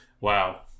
Wow